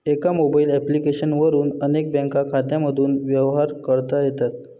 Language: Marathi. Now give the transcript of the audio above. एका मोबाईल ॲप्लिकेशन वरून अनेक बँक खात्यांमधून व्यवहार करता येतात